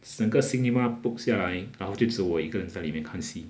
整个 cinema book 下来然后就只我一个人在里面看戏